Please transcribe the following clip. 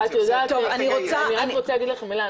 --- אני רק רוצה להגיד לכם מילה.